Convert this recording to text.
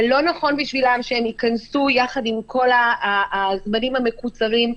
זה לא נכון בשבילם שהם ייכנסו ביחד עם כל הזמנים המקוצרים,